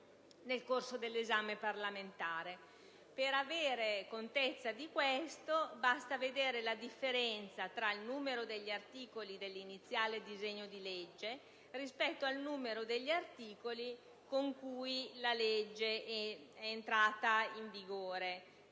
Per avere contezza di ciò, basta vedere la differenza tra il numero degli articoli dell'iniziale disegno di legge rispetto al numero degli articoli con cui la legge è entrata in vigore.